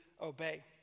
obey